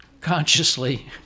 consciously